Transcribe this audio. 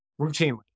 routinely